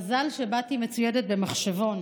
מזל שבאתי מצוידת במחשבון,